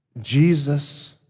Jesus